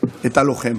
את הלוחם